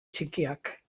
txikiak